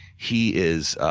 he is